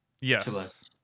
Yes